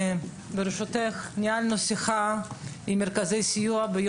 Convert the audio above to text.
ברשותך, ביום ששי ניהלנו שיחה עם מרכזי הסיוע.